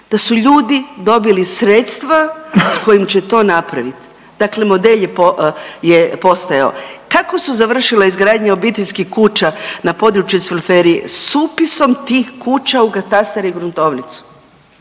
da su ljudi dobili sredstva s kojim će to napravit. Dakle, model je postojao. Kako su završile izgradnje obiteljskih kuća na području Cvelferije? S upisom tih kuća u katastar i gruntovnicu.